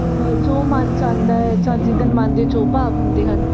ਜੋ ਮਨ 'ਚ ਆਉਂਦਾ ਹੈ ਜਾਂ ਜਿੱਦਨ ਮਨ ਦੇ ਜੋ ਭਾਵ ਹੁੰਦੇ ਹਨ